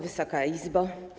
Wysoka Izbo!